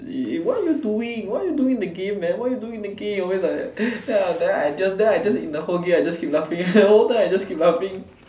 eh what you all doing what you all doing in the game man what you doing in the game always like that then I then I just in the whole game I just keep laughing the whole time I just keep laughing